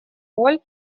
роль